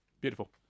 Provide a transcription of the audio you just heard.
beautiful